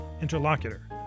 interlocutor